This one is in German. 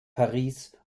paris